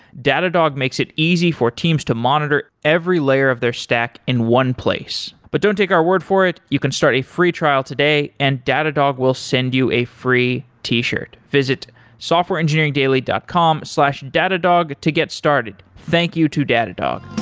datadog makes it easy for teams to monitor every layer of their stack in one place. but don't take our word for it, you can start a free trial today and datadog will send you a free t-shirt. visit softwareengineeringdaily dot com slash datadog to get started thank you to datadog